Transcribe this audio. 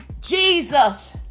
Jesus